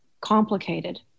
complicated